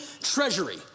treasury